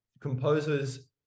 composers